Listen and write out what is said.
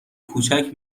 کوچک